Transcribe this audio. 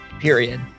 period